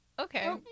Okay